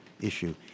issue